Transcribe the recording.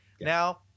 Now